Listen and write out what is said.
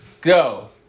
go